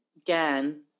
again